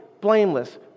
blameless